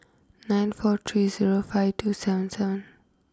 nine four three zero five two seven seven